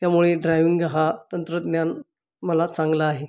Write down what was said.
त्यामुळे ड्रायविंग हा तंत्रज्ञान मला चांगला आहे